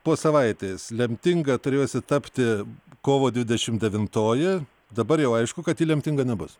po savaitės lemtinga turėjusi tapti kovo dvidešim devintoji dabar jau aišku kad ji lemtinga nebus